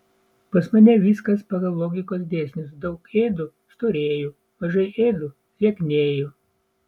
pas mane viskas pagal logikos dėsnius daug ėdu storėju mažai ėdu lieknėju